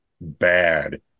bad